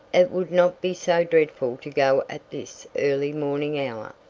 it would not be so dreadful to go at this early morning hour,